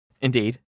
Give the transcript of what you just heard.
indeed